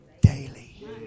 Daily